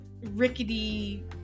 rickety